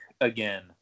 again